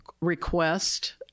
request